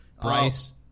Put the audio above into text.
Bryce